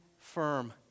firm